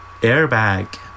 airbag